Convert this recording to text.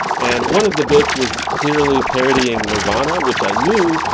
and one of the bits was clearly parodying nirvana, which i knew,